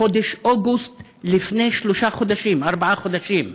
בחודש אוגוסט לפני ארבעה חודשים.